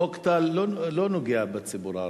חוק טל לא נוגע בציבור הערבי.